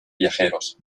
viajeros